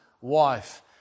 wife